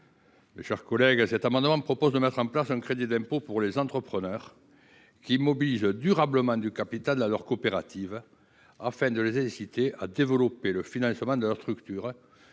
I 1743 rectifié. Cet amendement vise à mettre en place un crédit d’impôt pour les entrepreneurs qui mobilisent durablement du capital dans leur coopérative, afin de les inciter à développer le financement de leur structure,